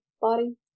body